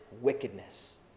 wickedness